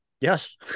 Yes